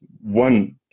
one